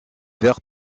vert